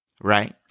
Right